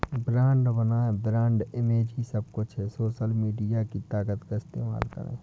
brand बनाएं, brand image ही सब कुछ है, सोशल मीडिया की ताकत का इस्तेमाल करें